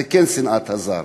זו כן שנאת הזר.